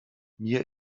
mir